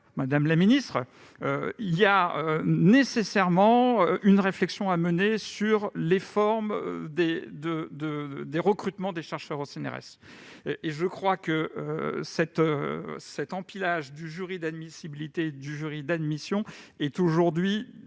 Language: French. madame la ministre, il y a nécessairement une réflexion à mener sur les formes de recrutement des chercheurs au CNRS. Je crois que cet empilage du jury d'admissibilité et du jury d'admission constitue une